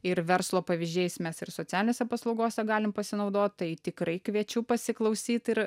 ir verslo pavyzdžiais mes ir socialinėse paslaugose galim pasinaudot tai tikrai kviečiu pasiklausyt ir